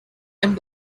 and